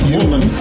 woman